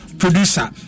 producer